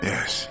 Yes